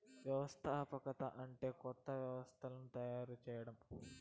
వ్యవస్థాపకత అంటే కొత్త వ్యవస్థను తయారు చేయడం